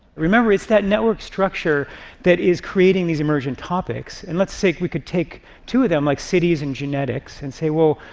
remember, it's that network structure that is creating these emergent topics, and let's say we could take two of them, like cities and genetics, and say, well,